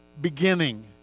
beginning